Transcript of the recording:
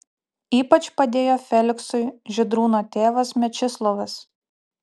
ypač padėjo feliksui žydrūno tėvas mečislovas